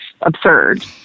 absurd